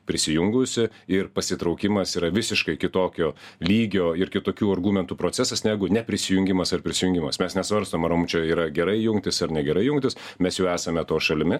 prisijungusi ir pasitraukimas yra visiškai kitokio lygio ir kitokių argumentų procesas negu neprisijungimas ar prisijungimas mes nesvarstom ar mum čia yra gerai jungtis ar negerai jungtis mes jau esame to šalimi